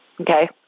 Okay